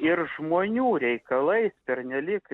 ir žmonių reikalais pernelyg